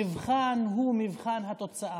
המבחן הוא מבחן התוצאה.